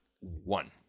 one